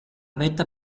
vetta